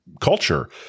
culture